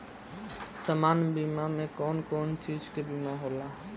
सामान्य बीमा में कवन कवन चीज के बीमा होला?